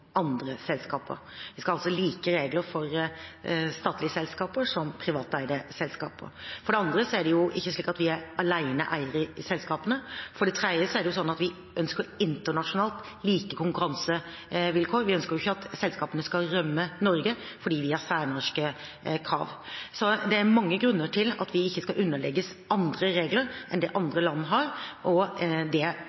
andre selskaper, altså like regler for statlige som for privateide selskaper. For det andre er det ikke slik at vi er aleneeiere i selskapene, og for det tredje ønsker vi like konkurransevilkår internasjonalt. Vi ønsker ikke at selskapene skal rømme Norge fordi vi har særnorske krav. Det er mange grunner til at vi ikke skal underlegges andre regler enn det